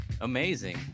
Amazing